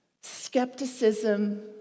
Skepticism